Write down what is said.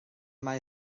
mae